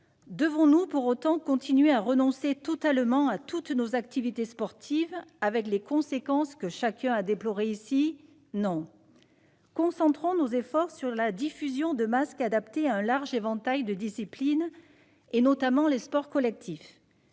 Devons-nous pour autant continuer à renoncer totalement à nos activités sportives, avec les conséquences que chacun a déplorées ici ? Non ! Concentrons plutôt nos efforts sur la diffusion de masques adaptés à un large éventail de disciplines, notamment les sports collectifs.